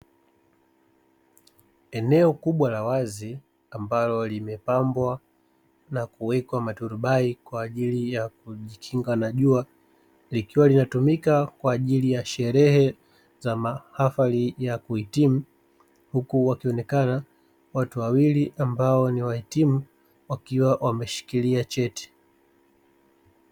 Eneo kubwa la wazi ambalo limepambwa na kuwekwa maturubai kwa ajili ya kujikinga na jua, likiwa linatumika kwa ajili ya sherehe za mahafali ya kuhitimu. Huku wakionekana watu wawili ambao ni wahitimu wakiwa wameshikilia cheti.